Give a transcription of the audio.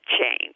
change